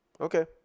okay